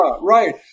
right